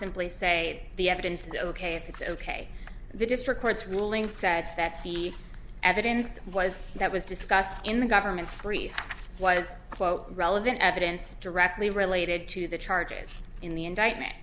simply say the evidence is ok if it's ok the district court's ruling said that the evidence was that was discussed in the government's brief was quote relevant evidence directly related to the charges in the indictment